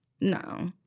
no